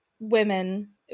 women